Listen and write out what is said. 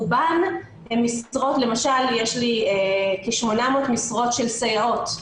רובן הן משרות למשל יש לי כ-800 משרות של סייעות,